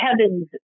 heavens